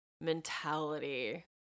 mentality